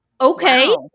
okay